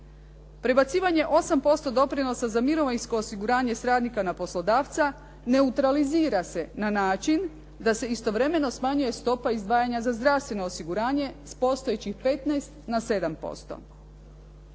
Prebacivanje 8% doprinosa za mirovinsko osiguranje s radnika na poslodavca neutralizira se na način da se istovremeno smanjuje stopa izdvajanja za zdravstveno osiguranje s postojećih 15 na 7%.